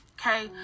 okay